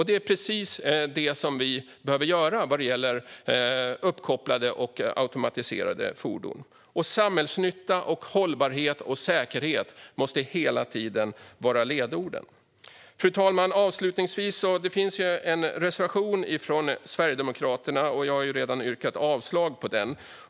Det är precis det som vi behöver göra när det gäller uppkopplade och automatiserade fordon. Samhällsnytta, hållbarhet och säkerhet måste hela tiden vara ledorden. Fru talman! Det finns en reservation från Sverigedemokraterna. Jag har redan yrkat avslag på den.